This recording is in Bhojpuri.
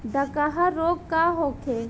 डकहा रोग का होखे?